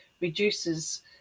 reduces